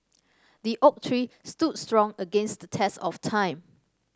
the oak tree stood strong against the test of time